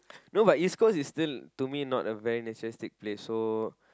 no but East-Coast is still to me not a very nice place to take pics so